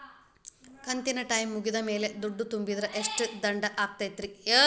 ಕಂತಿನ ಟೈಮ್ ಮುಗಿದ ಮ್ಯಾಲ್ ದುಡ್ಡು ತುಂಬಿದ್ರ, ಎಷ್ಟ ದಂಡ ಹಾಕ್ತೇರಿ?